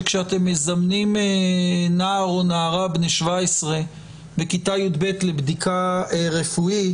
שכאשר אתם מזמנים נער או נערה בני 17 בכיתה י"ב לבדיקה רפואית,